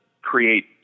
create